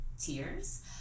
tears